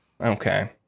Okay